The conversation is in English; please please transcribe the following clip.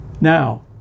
Now